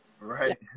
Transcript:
Right